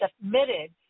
submitted